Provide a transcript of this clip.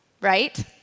right